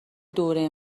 دوره